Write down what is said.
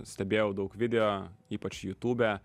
stebėjau daug video ypač youtube